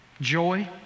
joy